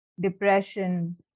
depression